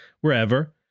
wherever